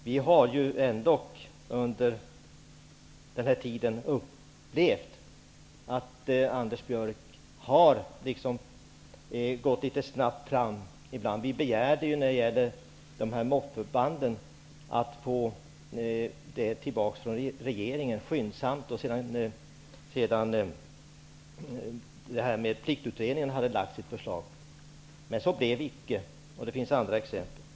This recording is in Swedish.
Vi har ändock under den här tiden upplevt att Anders Björck har gått litet snabbt fram ibland. När det gällde MOB-förbanden begärde vi att snabbt få ärendet tillbaka från regeringen sedan Pliktutredningen hade lagt fram sitt förslag. Men så blev det icke. Det finns också andra exempel på det.